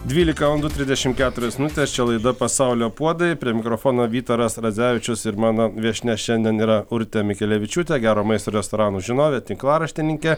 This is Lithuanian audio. dvylika valandų trisdešim keturios minutės čia laida pasaulio puodai prie mikrofono vytaras radzevičius ir mano viešnia šiandien yra urtė mikelevičiūtė gero maisto ir restoranų žinovė tinklaraštininkė